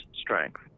strength